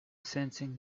sensing